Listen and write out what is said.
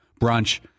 brunch